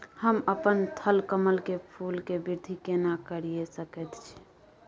हम अपन थलकमल के फूल के वृद्धि केना करिये सकेत छी?